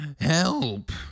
help